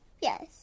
Yes